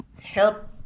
help